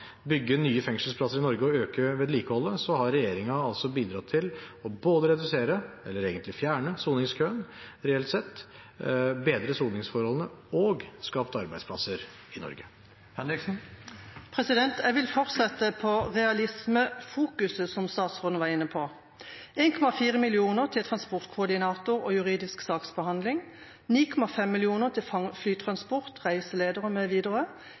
bygge nye fengselsplasser i Norge og øke vedlikeholdet har regjeringen altså bidratt til både å redusere soningskøen, eller egentlig fjerne den, reelt sett, bedre soningsforholdene og skape arbeidsplasser i Norge. Jeg vil fortsette på realismefokuset som statsråden var inne på: 1,4 mill. kr til transportkoordinator og juridisk saksbehandling, 9,5 mill. kr til flytransport,